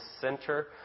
center